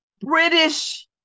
british